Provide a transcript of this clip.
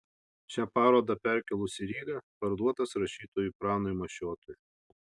šią parodą perkėlus į rygą parduotas rašytojui pranui mašiotui